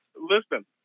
listen